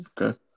Okay